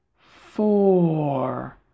four